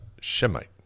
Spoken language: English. shemite